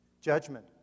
judgment